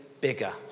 bigger